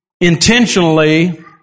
intentionally